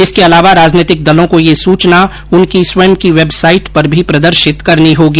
इसके अलावा राजनैतिक दलों को यह सूचना उनकी स्वयं की वेबसाइट पर भी प्रदर्शित करनी होगी